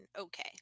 okay